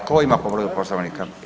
Tko ima povredu Poslovnika?